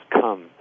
come